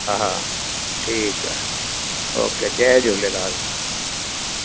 हा हा ठीकु आहे ओ के जय झूलेलाल